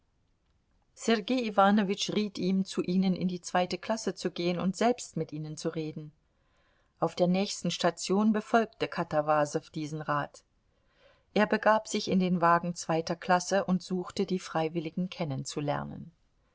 sergei iwanowitsch riet ihm zu ihnen in die zweite klasse zu gehen und selbst mit ihnen zu reden auf der nächsten station befolgte katawasow diesen rat er begab sich in den wagen zweiter klasse und suchte die freiwilligen kennenzulernen